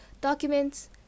documents